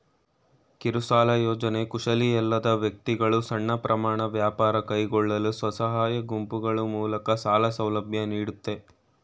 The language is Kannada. ಕಿರುಸಾಲ ಯೋಜ್ನೆ ಕುಶಲಿಯಲ್ಲದ ವ್ಯಕ್ತಿಗಳು ಸಣ್ಣ ಪ್ರಮಾಣ ವ್ಯಾಪಾರ ಕೈಗೊಳ್ಳಲು ಸ್ವಸಹಾಯ ಗುಂಪುಗಳು ಮೂಲಕ ಸಾಲ ಸೌಲಭ್ಯ ನೀಡುತ್ತೆ